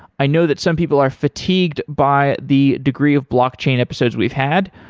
i know that some people are fatigued by the degree of blockchain episodes we've had.